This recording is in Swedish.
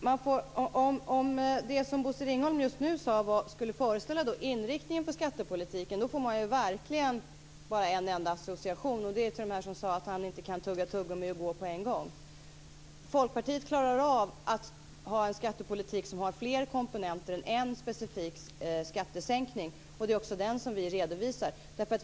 Fru talman! Om det som Bosse Ringholm just nu sade skulle vara inriktningen på skattepolitiken får man verkligen bara en enda association, och det är den som sade att han inte kunde tugga tuggummi och gå samtidigt. Folkpartiet klarar av att ha en skattepolitik som har fler komponenter än en specifik skattesänkning. Det är den som vi redovisar.